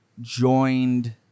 joined